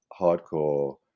hardcore